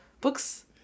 Books